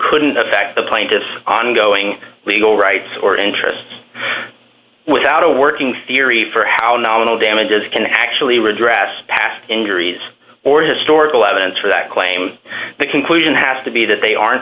couldn't affect the plaintiff ongoing legal rights or interest without a working theory for how nominal damages can actually redress past injuries or historical evidence for that claim the conclusion has to be that they are